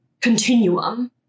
continuum